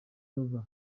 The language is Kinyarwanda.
rover